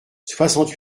soixante